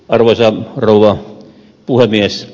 arvoisa rouva puhemies